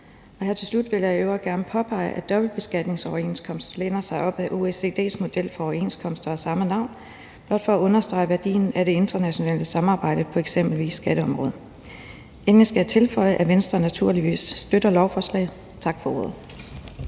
til slut vil jeg i øvrigt gerne påpege, at dobbeltbeskatningsoverenskomsten læner sig op ad OECD's model for overenskomster af samme navn; det er blot for at understrege værdien af det internationale samarbejde på eksempelvis skatteområdet. Endelig skal jeg tilføje, at Venstre naturligvis støtter lovforslaget. Tak for ordet.